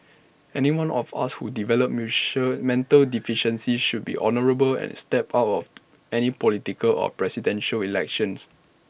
anyone of us who develop mussel mental deficiency should be honourable and step out of any political or Presidential Elections